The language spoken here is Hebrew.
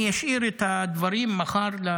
אני אשאיר את הדברים לוועדה מחר.